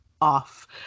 off